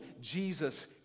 Jesus